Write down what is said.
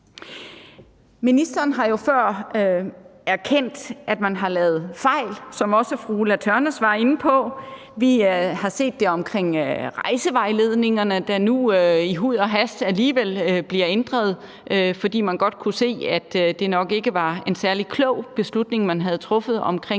Ministeren har jo før erkendt, at man har lavet fejl, som også fru Ulla Tørnæs var inde på. Vi har set det omkring rejsevejledningerne, der nu i huj og hast alligevel bliver inddraget, fordi man godt kunne se, at det nok ikke var en særlig klog beslutning, man havde truffet omkring